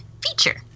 feature